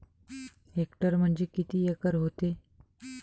Hectare म्हणजे किती acre व्हते?